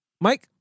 Mike